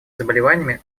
заболеваниями